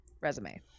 resume